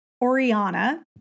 oriana